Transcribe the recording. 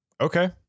Okay